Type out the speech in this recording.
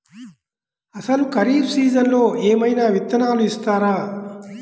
అసలు ఖరీఫ్ సీజన్లో ఏమయినా విత్తనాలు ఇస్తారా?